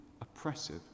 oppressive